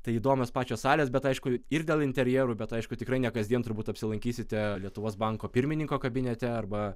tai įdomios pačios salės bet aišku ir dėl interjerų bet aišku tikrai ne kasdien turbūt apsilankysite lietuvos banko pirmininko kabinete arba